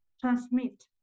transmit